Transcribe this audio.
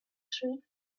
sweet